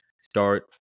start